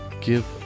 give